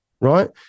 Right